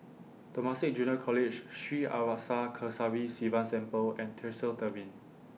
Temasek Junior College Sri Arasakesari Sivan Temple and Tresor Tavern